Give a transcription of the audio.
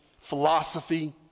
philosophy